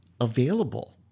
available